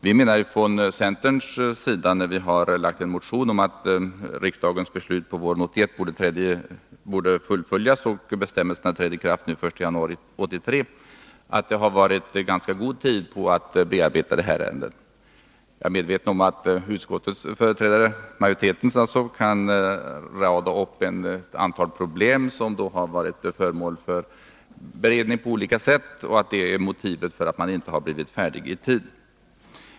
Vi menade från centerns sida — när vi lade fram en motion om att riksdagens beslut på våren 1981 borde fullföljas och att bestämmelserna borde träda i kraft den 1 december 1983 — att det funnits ganska lång tid att förbereda ärendet. Jag är medveten om att utskottsmajoritetens företrädare kan rada upp ett antal problem som har varit föremål för bearbetning på olika sätt och att det är motivet för att man inte har blivit färdig i tid.